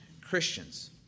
Christians